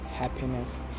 Happiness